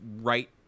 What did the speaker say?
right